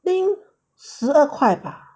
think 十二块吧